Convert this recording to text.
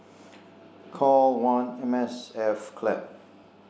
call one M_S_F clap